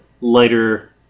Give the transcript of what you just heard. lighter